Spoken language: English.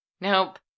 nope